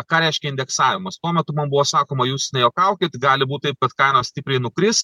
ką reiškia indeksavimas tuo metu man buvo sakoma jūs nejuokaukit gali būt taip kad kainos stipriai nukris